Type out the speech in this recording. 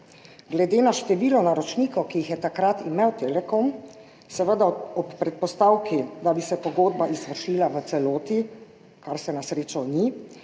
Glede na število naročnikov, ki jih je takrat imel Telekom, seveda ob predpostavki, da bi se pogodba izvršila v celoti, kar se na srečo ni,